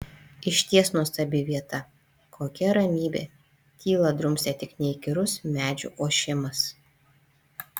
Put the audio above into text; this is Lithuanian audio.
išties nuostabi vieta kokia ramybė tylą drumstė tik neįkyrus medžių ošimas